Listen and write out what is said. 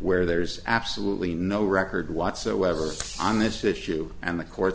where there's absolutely no record whatsoever on this issue and the court